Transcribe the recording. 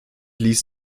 ließ